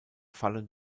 fallen